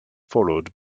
followed